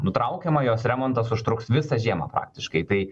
nutraukiama jos remontas užtruks visą žiemą faktiškai tai